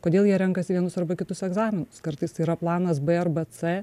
kodėl jie renkasi vienus arba kitus egzaminus kartais tai yra planas b arba c